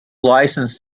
licensed